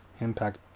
Impact